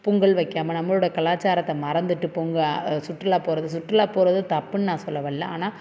பொங்கல் வைக்காம நம்மளோடய கலாச்சாரத்தை மறந்துட்டு பொங்கல் சுற்றுலா போகிறது சுற்றுலா போகிறது தப்புன்னு நான் சொல்ல வரல ஆனால்